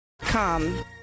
Come